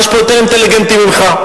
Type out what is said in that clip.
יש פה יותר אינטליגנטים ממך.